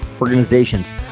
organizations